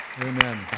Amen